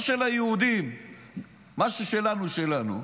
מה ששלנו שלנו,